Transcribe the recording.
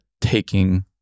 taking